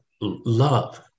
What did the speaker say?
love